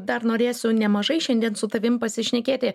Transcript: dar norėsiu nemažai šiandien su tavim pasišnekėti